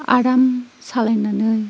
आराम सालायनानै